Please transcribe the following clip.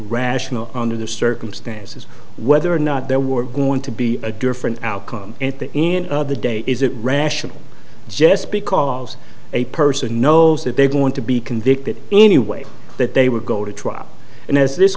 rational under the circumstances whether or not there were going to be a different outcome at the end of the day is it rational just because a person knows that they want to be convicted anyway that they would go to trial and as this